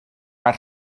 mae